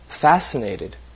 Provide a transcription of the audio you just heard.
fascinated